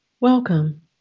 Welcome